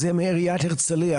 מעיריית הרצליה,